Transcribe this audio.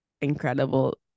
incredible